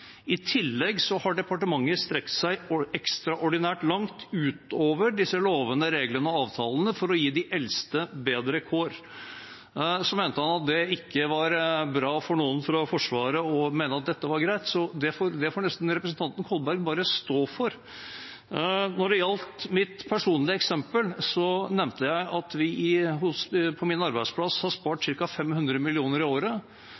I tillegg har departementet strekt seg ekstraordinært langt utover disse lovene, reglene og avtalene for å gi de eldste bedre kår. Han mente det ikke var bra for noen fra Forsvaret å mene at dette er greit, og det får nesten representanten Kolberg bare stå for. Når det gjaldt mitt personlige eksempel, nevnte jeg at vi på min arbeidsplass har spart ca. 500 mill. kr i året.